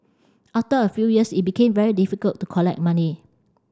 after a few years it became very difficult to collect money